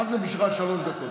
מה זה בשבילך שלוש דקות?